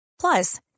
Plus